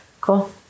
Cool